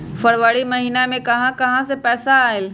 फरवरी महिना मे कहा कहा से पैसा आएल?